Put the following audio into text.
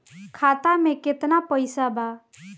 खाता में केतना पइसा बा?